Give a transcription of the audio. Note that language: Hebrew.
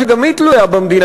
שגם היא תלויה במדינה,